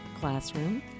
Classroom